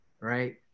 right